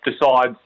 decides